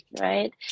right